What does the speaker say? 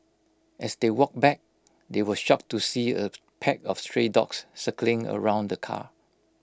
as they walked back they were shocked to see A pack of stray dogs circling around the car